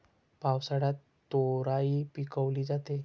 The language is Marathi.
पावसाळ्यात तोराई पिकवली जाते